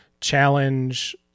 challenge